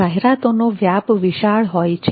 જાહેરાતોનો વ્યાપ વિશાળ હોય છે